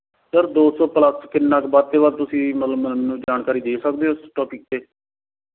sir ਦੋ ਸੌ plus ਕਿੰਨਾ ਕੁ ਵੱਧ ਤੇ ਵੱਧ ਤੁਸੀਂ ਮਤਲਬ ਮੈਨੂੰ ਜਾਣਕਾਰੀ ਦੇ ਸਕਦੇ ਹੋ ਇਸ ਟੌਪਿਕ 'ਤੇ